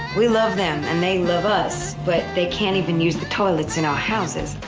we love them and they love us, but they can't even use the toilets in our houses.